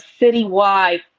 citywide